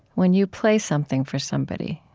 when you play something for somebody?